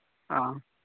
ᱚ